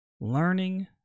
learning